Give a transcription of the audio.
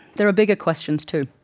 there are bigger questions too,